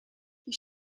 die